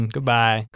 Goodbye